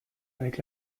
avec